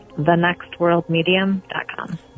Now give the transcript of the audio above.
thenextworldmedium.com